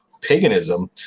paganism